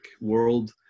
world